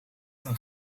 een